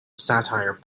satire